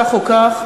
כך או כך,